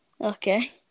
Okay